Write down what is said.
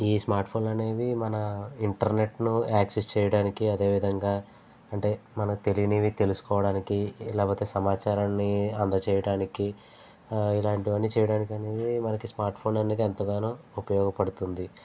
ఈ స్మార్ట్ ఫోన్లు అనేవి మన ఇంటర్నెట్ను యాక్సస్ చేయడానికి అదేవిధంగా అంటే మనం తెలియనివి తెలుసుకోవడానికి లేకపోతే సమాచారాన్ని అందచేయడానికి ఇలాంటివన్నీ చేయడానికి అనేది మనకు స్మార్ట్ ఫోన్ అనేది ఎంతగానో ఉపయోగపడుతుంది